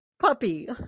puppy